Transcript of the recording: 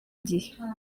igihe